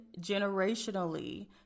generationally